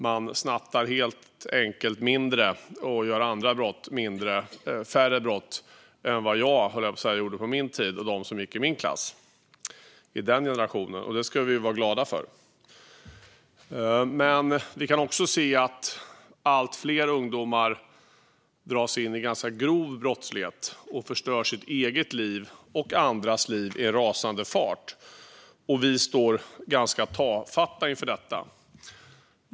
De snattar helt enkelt mindre och begår färre andra brott än vad jag, höll jag på att säga, och de som gick i min klass gjorde på vår tid i den generationen. Det ska vi vara glada för. Vi kan också se att allt fler ungdomar dras in i ganska grov brottslighet och förstör sitt eget liv och andras liv i rasande fart, och vi står ganska tafatta inför detta.